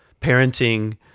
parenting